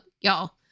y'all